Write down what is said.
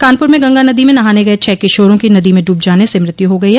कानपुर में गंगा नदी में नहाने गये छह किशोरों की नदी में डूब जाने से मृत्यु हो गई है